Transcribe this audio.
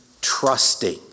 trusting